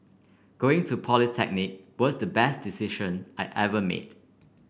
going to polytechnic was the best decision I ever made